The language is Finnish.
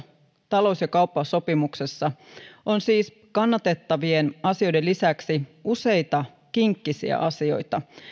talous ja kauppasopimuksessa on siis kannatettavien asioiden lisäksi useita kinkkisiä asioita